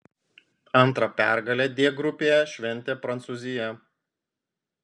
antrą pergalę d grupėje šventė prancūzija